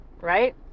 right